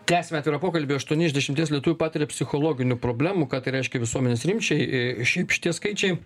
tęsiame atvirą pokalbį aštuoni iš dešimties lietuvių patiria psichologinių problemų ką tai reiškia visuomenės rimčiai šiaip šitie skaičiai